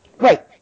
Right